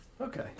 Okay